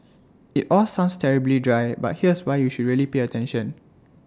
IT all sounds terribly dry but here's why you should really pay attention